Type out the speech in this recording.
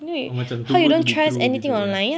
oh macam too good to be true gitu ya